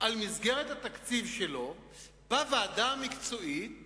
דיון לעומק על מסגרת התקציב שלו בוועדה המקצועית,